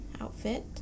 outfit